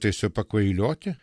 tiesiog pakvailioti